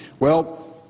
well,